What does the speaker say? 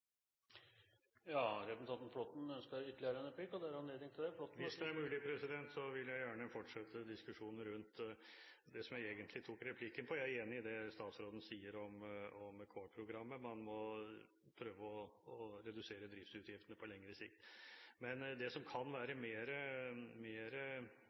Representanten Flåtten ønsker ordet til ytterligere en replikk, og det er det anledning til. Hvis det er mulig, vil jeg gjerne fortsette diskusjonen rundt det som jeg egentlig tok replikk for. Jeg er enig i det statsråden sier om Core-programmet. Man må prøve å redusere driftsutgiftene på lengre sikt. Det som kan være